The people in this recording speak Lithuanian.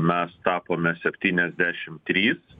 mes tapome septyniasdešim trys